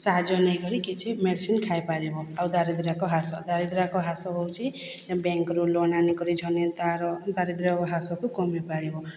ସାହାଯ୍ୟ ନେଇକରି କିଛି ମେଡିସିନ ଖାଇପାରିବ ଆଉ ଦାରିଦ୍ର୍ୟକୁ ହ୍ରାସ ଦାରିଦ୍ର୍ୟକୁ ହ୍ରାସ ହେଉଛି ଏ ବ୍ୟାଙ୍କରୁ ଲୋନ୍ ଆଣିକରି ଜଣେ ତା'ର ଦାରିଦ୍ର୍ୟ ହ୍ରାସକୁ କମାଇପାରିବ